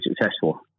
successful